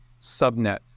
subnet